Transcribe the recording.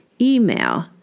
Email